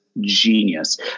genius